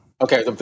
Okay